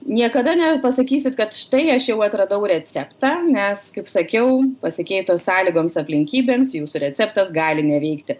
niekada nepasakysit kad štai aš jau atradau receptą nes kaip sakiau pasikeitus sąlygoms aplinkybėms jūsų receptas gali neveikti